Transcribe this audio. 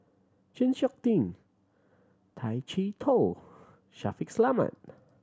Chng Seok Tin Tay Chee Toh Shaffiq Selamat